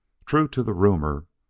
true to the rumor,